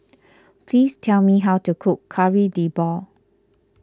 please tell me how to cook Kari Debal